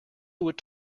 would